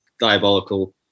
diabolical